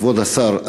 כבוד השר,